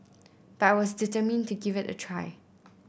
but I was determined to give it a try